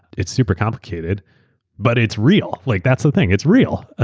it's super complicated but it's real. like that's the thing. it's real.